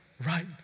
Right